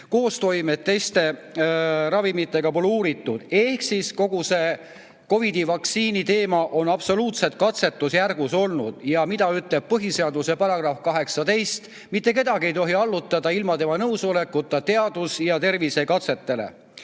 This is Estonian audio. koostoimet teiste ravimitega pole uuritud. Ehk kogu see COVID-i vaktsiini teema on absoluutselt katsetusjärgus olnud. Mida ütleb põhiseaduse § 18? Mitte kedagi ei tohi allutada ilma tema nõusolekuta teadus- ja tervisekatsetele.